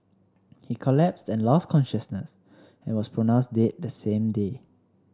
he collapsed and lost consciousness and was pronounced dead the same day